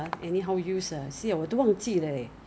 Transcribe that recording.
is it a cleanser or is it a a